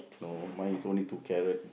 no mine is only two carrot